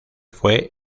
fue